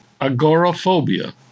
agoraphobia